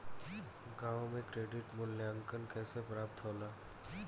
गांवों में क्रेडिट मूल्यांकन कैसे प्राप्त होला?